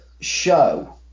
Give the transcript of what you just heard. show